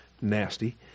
nasty